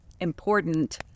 important